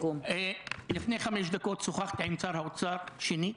לפני חמש דקות שוחחתי עם שר האוצר שנית,